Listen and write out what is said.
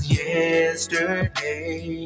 yesterday